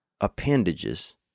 appendages